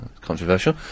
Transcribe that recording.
controversial